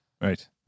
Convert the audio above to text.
Right